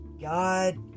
God